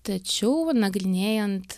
tačiau nagrinėjant